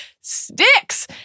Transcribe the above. sticks